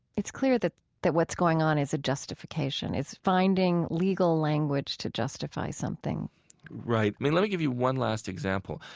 it's clear that that what's going on is a justification. it's finding legal language to justify something right. i mean, let me give you one last example.